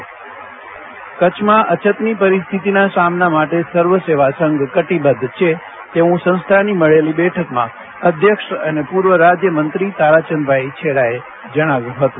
જયદીપ વૈશ્નવ ક ચછ અછત કચ્છમાં અછતની પરિસ્થિતિના સામના માટે સર્વ સેવા સંઘ કચ્છ કટિબદ્ધ છે તેવું સંસ્થાની મળેલી બેઠકમાં અધ્યક્ષ અને પૂર્વ રાજ્યમંત્રી તારાચંદભાઇ છેડાએ જણાવ્યું હતું